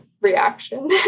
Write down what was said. reaction